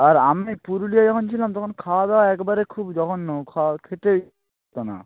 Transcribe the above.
আর আমি পুরুলিয়ায় যখন ছিলাম তখন খাওয়া দাওয়া একবারে খুব জঘন্য খেতে দিত না